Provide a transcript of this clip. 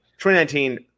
2019